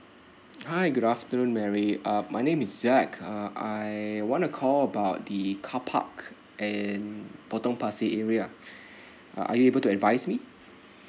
hi good afternoon mary uh my name is zack uh I wanna call about the carpark and potong pasir area uh are you able to advise me